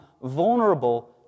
vulnerable